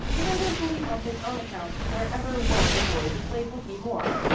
and i don't believe on his own account there ever was a boy who played hookey more,